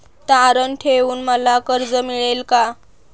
तारण ठेवून मला कर्ज मिळेल का?